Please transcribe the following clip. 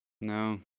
no